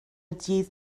dydd